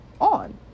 on